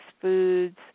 foods